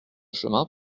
chemin